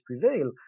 prevail